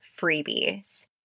freebies